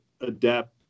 adapt